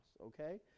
Okay